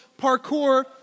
parkour